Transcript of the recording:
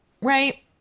Right